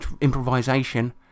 improvisation